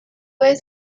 ave